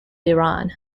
iran